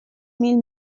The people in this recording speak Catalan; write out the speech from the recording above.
mil